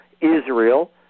Israel